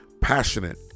passionate